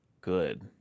good